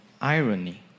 irony